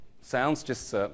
sounds—just